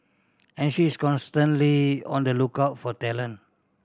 and she is constantly on the lookout for talent